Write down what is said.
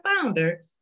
founder